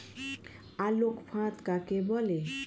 আলোক ফাঁদ কাকে বলে?